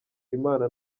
imana